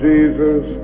Jesus